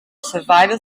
survival